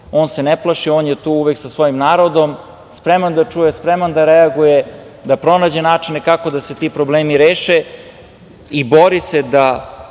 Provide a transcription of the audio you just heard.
on se ne plaši, on je tu uvek sa svojim narodom, spreman da čuje, spreman da reaguje, da pronađe načine kako da se ti problemi reše i bori se da